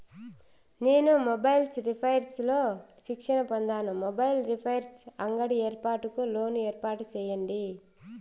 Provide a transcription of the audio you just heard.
నేను mobiles repairs లో శిక్షణ పొందాను, మొబైల్ రిపైర్స్ అంగడి ఏర్పాటుకు లోను ఏర్పాటు సేయండి?